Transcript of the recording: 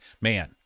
man